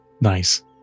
Nice